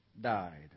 died